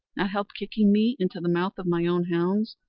not help kicking me into the mouth of my own hounds!